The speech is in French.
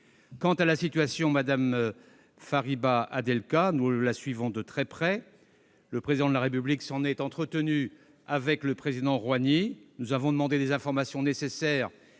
Quant à la situation de Mme Fariba Adelkhah, nous la suivons de très près. Le Président de la République s'en est entretenu avec le Président Rohani. Nous avons demandé des informations nécessaires,